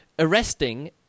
arresting